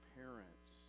parents